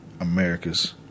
America's